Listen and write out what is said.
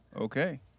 okay